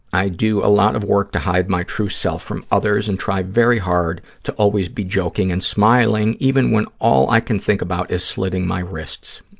i do a lot of work to hide my true self from others and try very hard to always be joking and smiling, even when all i can think about is slitting my wrists.